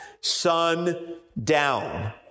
sundown